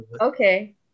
Okay